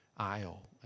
Aisle